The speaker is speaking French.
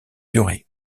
durée